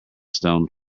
stone